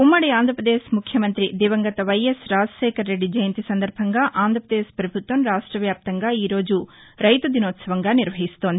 ఉమ్నది ఆంధ్రప్రదేశ్ ముఖ్యమంత్రి దివంగత వైఎస్ రాజశేఖరరెద్ది జయంతి సందర్బంగా ఆంధ్రప్రదేశ్ ప్రపభుత్వం రాష్ట్ర వ్యాప్తంగా ఈరోజు రైతు దినోత్సవంగా నిర్వహిస్తోంది